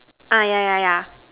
ah yeah yeah yeah